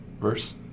verse